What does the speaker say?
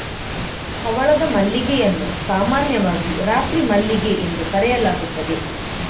ಹವಳದ ಮಲ್ಲಿಗೆಯನ್ನು ಸಾಮಾನ್ಯವಾಗಿ ರಾತ್ರಿ ಮಲ್ಲಿಗೆ ಎಂದು ಕರೆಯಲಾಗುತ್ತದೆ